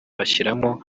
bashyiramo